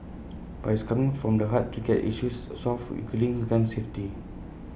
but he's coming from the heart to get issues solved including gun safety